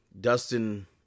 Dustin